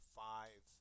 five